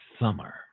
summer